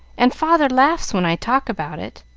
and father laughs when i talk about it.